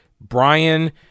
Brian